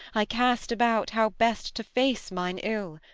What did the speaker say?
i cast about how best to face mine ill.